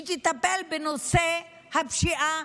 שתטפל בנושא הפשיעה,